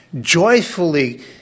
joyfully